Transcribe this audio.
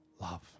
Love